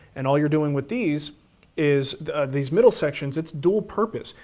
and all you're doing with these is, these middle sections, it's dual purpose.